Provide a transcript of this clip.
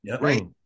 right